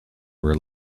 were